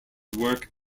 work